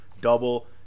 double